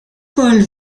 paul